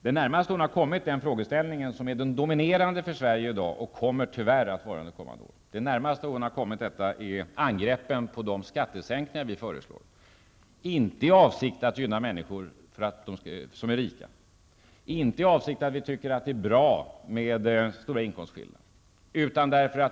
Det närmaste hon har kommit den frågeställning som är den dominerande för Sverige i dag och tyvärr kommer att vara det under kommande år är angreppen på de skattesänkningar som vi föreslår. Vårt syfte med dessa skattesänkningar är inte varit att hjälpa människor som är rika därför att vi tycker det är bra med stora inkomstskillnader.